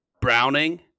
Browning